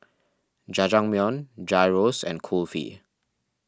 Jajangmyeon Gyros and Kulfi